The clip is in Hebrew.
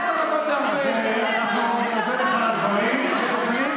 יש לי ארבעה חודשים, ואני,